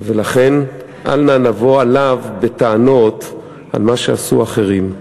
ולכן אל נא נבוא עליו בטענות על מה שעשו אחרים.